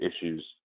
issues